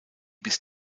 bis